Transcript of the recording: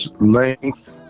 length